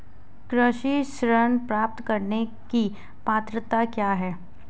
कृषि ऋण प्राप्त करने की पात्रता क्या है?